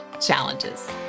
challenges